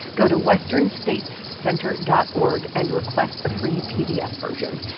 go to westernstatescenter dot org and request a free pdf version.